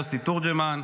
יוסי תורג'מן,